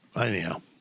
anyhow